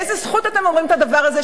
באיזה זכות אתם אומרים את הדבר הזה,